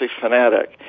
fanatic